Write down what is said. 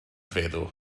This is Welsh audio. feddw